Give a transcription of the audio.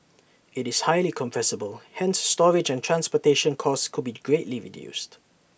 IT is highly compressible hence storage and transportation costs could be greatly reduced